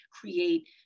create